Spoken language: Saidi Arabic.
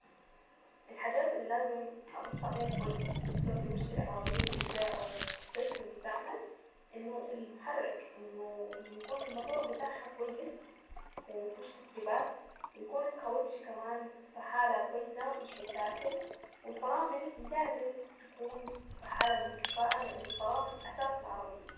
الحاجات اللي لازم ابص عليها كويس قبل ما اشتري عربية جديدة او موتوسيكل مستعمل انه المحرك انه انه يكون الماتور بتاعها كويس وما فيهوش تسرييبات ويكون الكاوتش كمان في حالة كويسة مش متاكل والفرامل لازم تكون في حالة من الكفاءة لان الفرامل اساس العربية.